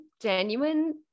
genuine